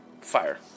Fire